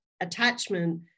attachment